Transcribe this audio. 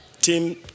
Tim